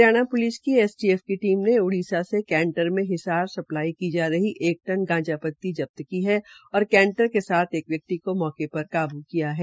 Haryana police की STF की team ने उड़ीसा से कैंटर में हिसार सप्लाई की रही एक टन गांजापती जब्त की है और कैंटर के साथ एक व्यक्ति को मौके पर काबू किया है